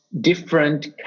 different